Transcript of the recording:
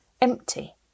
empty